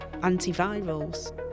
antivirals